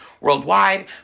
worldwide